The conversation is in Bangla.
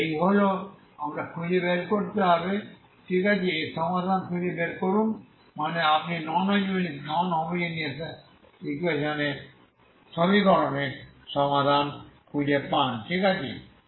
তাই এই হল আমরা এই খুঁজে বের করতে হবে ঠিক আছে এর সমাধান খুঁজে বের করুন মানে আপনি নন হোমোজেনিয়াস সমীকরণের সমাধান খুঁজে পান ঠিক আছে